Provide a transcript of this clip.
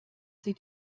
sie